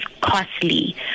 costly